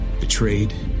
betrayed